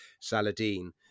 saladin